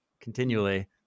continually